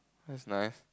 that's nice